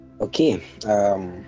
Okay